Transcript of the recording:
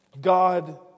God